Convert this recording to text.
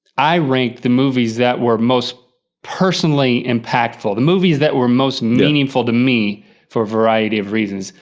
i ranked the movies that were most personally impactful, the movies that were most meaningful to me for a variety of reasons,